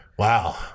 Wow